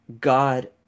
God